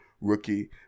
rookie